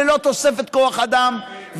ללא תוספת כוח אדם,